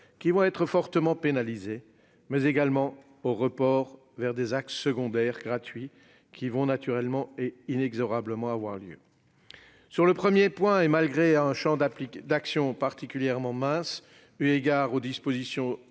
qui seront fortement pénalisés, mais également aux reports vers des axes secondaires gratuits, qui auront naturellement et inexorablement lieu. Sur le premier point, malgré un champ d'action particulièrement mince eu égard aux dispositions